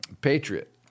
Patriot